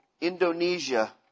Indonesia